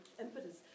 impetus